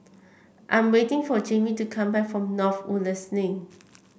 I'm waiting for Jamey to come back from North Woodlands Link